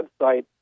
website